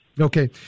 Okay